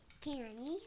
Candy